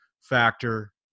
factor